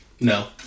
No